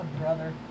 brother